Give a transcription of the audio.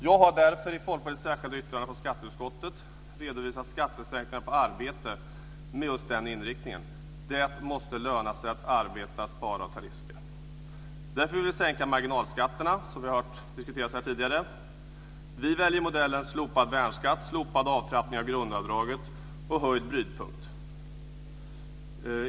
Jag har i Folkpartiets särskilda yttrande i skatteutskottet redovisat skattesänkningar på arbete med just den inriktningen. Det måste löna sig att arbeta, spara och ta risker. Därför vill vi sänka marginalskatterna, vilket har diskuterats här tidigare. Vi väljer modellen slopad värnskatt, slopad avtrappning av grundavdraget och höjd brytpunkt.